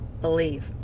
believe